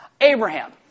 Abraham